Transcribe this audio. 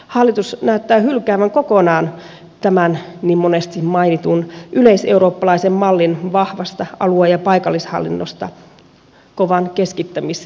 hallitus näyttää hylkäävän kokonaan tämän niin monesti mainitun yleiseurooppalaisen mallin vahvasta alue ja paikallishallinnosta kovan keskittämisintonsa myötä